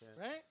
right